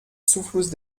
zufluss